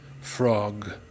frog